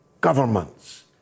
governments